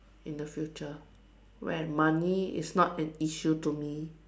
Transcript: in the future when money is not an issue to me